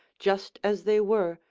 just as they were,